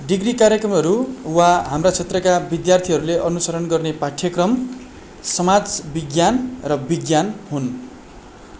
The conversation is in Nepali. डिग्री कार्यक्रमहरू वा हाम्रा क्षेत्रका विद्यार्थीहरूले अनुसरण गर्ने पाठ्यक्रम समाज विज्ञान र विज्ञान हुन्